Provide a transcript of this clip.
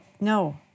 No